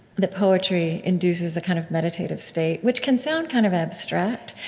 that poetry induces a kind of meditative state, which can sound kind of abstract.